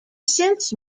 since